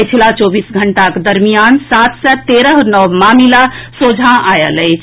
पछिला चौबीस घंटाक दरमियान सात सय तेरह नव मामिला सोझा आएल अछि